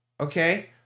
okay